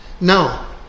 Now